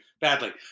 badly